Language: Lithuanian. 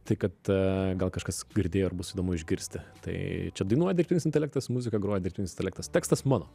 tai kad gal kažkas girdėjo ir bus įdomu išgirsti tai čia dainuoja dirbtinis intelektas muzika groja dirbtinis intelektas tekstas mano